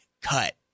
cut